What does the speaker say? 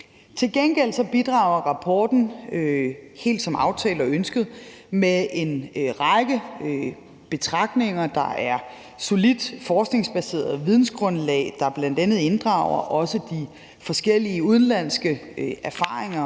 Til gengæld bidrager rapporten helt som aftalt og ønsket med en række betragtninger, som der er solidt forskningsbaseret vidensgrundlag for, og som bl.a. også inddrager de forskellige udenlandske erfaringer